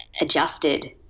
adjusted